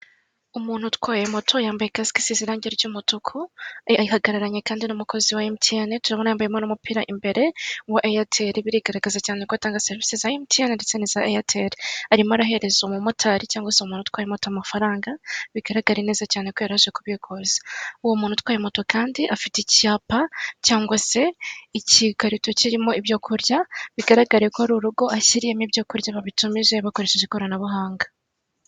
Umuntu atwaye moto yambaye kasike isize irange ry'umutuku nano ahagaranye n'umwajeti wa emutiyene turabona kandi yambayemo imbire umupira wa eyateri bigaragara ko atanga serivise zo kubitsa no kubikuza yaba emutiyene ndetse na eyateri .Nanone kandi utwaye moto bigara ko atwaye ibicuruzwa byatumijwe hifashishijwe ikorana buhanga.